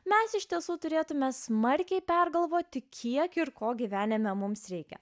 mes iš tiesų turėtumėme smarkiai pergalvoti kiek ir ko gyvenime mums reikia